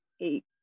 eight